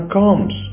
comes